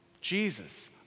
Jesus